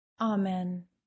Amen